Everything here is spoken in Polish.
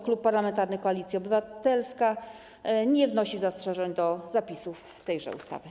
Klub Parlamentarny Koalicji Obywatelska nie wnosi zastrzeżeń co do zapisów tejże ustawy.